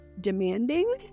demanding